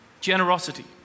Generosity